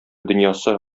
дөньясы